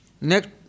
next